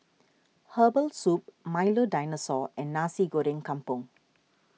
Herbal Soup Milo Dinosaur and Nasi Goreng Kampung